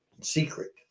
secret